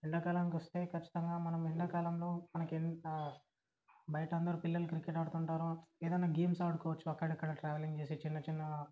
ఎండాకాలంకి వస్తే ఖచ్చితంగా మనం ఎండాకాలంలో మనకి బయట అందరూ పిల్లలు క్రికెట్ ఆడుతుంటారు ఏదైనా గేమ్స్ ఆడుకోవచ్చు అక్కడక్కడ ట్రావెలింగ్ చేసి చిన్న చిన్న